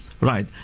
Right